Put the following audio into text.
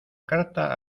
carta